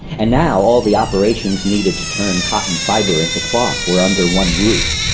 and now all the operations needed to turn cotton fibre into cloth were under one roof.